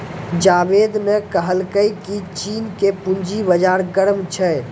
जावेद ने कहलकै की चीन के पूंजी बाजार गर्म छै